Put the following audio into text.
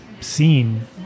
scene